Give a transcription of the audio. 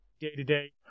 day-to-day